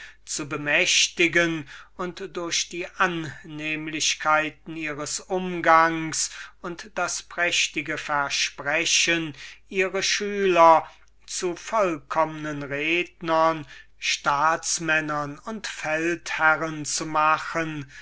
jünglinge bemächtigten und durch die annehmlichkeiten ihres umgangs und die prächtigen versprechungen ihre freunde zu vollkommnen rednern staatsmännern und feldherren zu machen